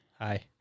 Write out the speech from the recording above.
Hi